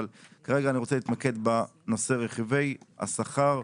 אבל כרגע אני רוצה להתמקד בנושא רכיבי השכר,